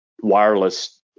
wireless